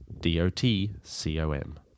D-O-T-C-O-M